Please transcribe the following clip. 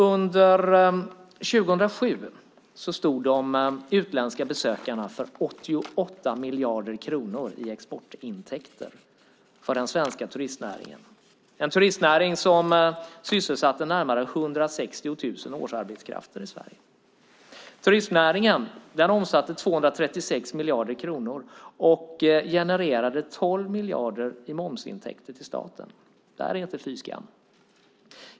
Under 2007 stod de utländska besökarna för 88 miljarder kronor i exportintäkter för den svenska turistnäringen, en turistnäring som sysselsatte närmare 160 000 årsarbetskrafter i Sverige. Turistnäringen omsatte 236 miljarder kronor och genererade 12 miljarder i momsintäkter till staten. Det är inte fy skam.